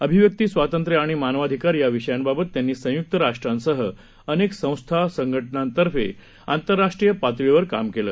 अभिव्यक्ती स्वातंत्र्य आणि मानवाधिकार या विषयांबाबत त्यांनी संयुक्त राष्ट्रांसह अनेक संस्था संघटनांतर्फे आंतरराष्ट्रीय पातळीवर काम केलं